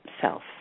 self